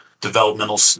developmental